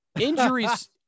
Injuries